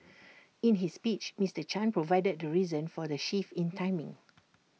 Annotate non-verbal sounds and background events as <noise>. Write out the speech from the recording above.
<noise> in his speech Mister chan provided the reason for the shift in timing